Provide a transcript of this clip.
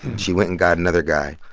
she went and got another guy.